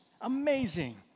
amazing